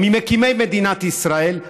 של מקימי מדינת ישראל,